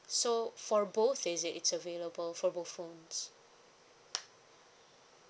so for both is it it's available for both phones